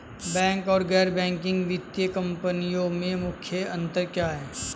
Bank तथा गैर banking वित्तीय कंपनियों में मुख्य अंतर क्या है?